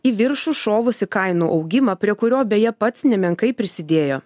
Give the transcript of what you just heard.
į viršų šovusį kainų augimą prie kurio beje pats nemenkai prisidėjo